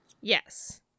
Yes